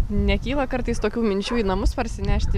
nekyla kartais tokių minčių į namus parsinešti